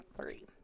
three